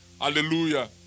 Hallelujah